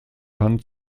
kann